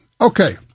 Okay